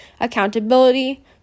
accountability